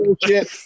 bullshit